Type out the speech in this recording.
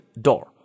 door